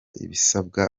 ibisabwa